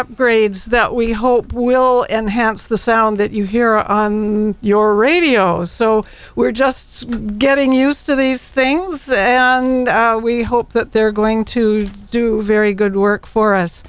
upgrades that we hope will enhance the sound that you hear on your radio so we're just getting used to these things we hope that they're going to do very good work for us